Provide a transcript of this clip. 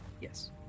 yes